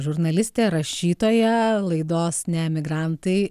žurnalistė rašytoja laidos neemigrantai